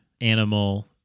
animal